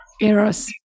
eros